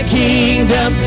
kingdom